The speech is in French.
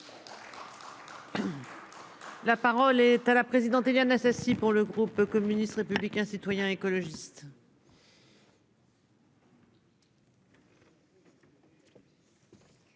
La parole est à la présidente, Éliane Assassi. Pour le groupe communiste républicain citoyen écologiste.